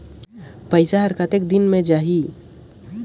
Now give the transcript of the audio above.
पइसा हर कतेक दिन मे जाही?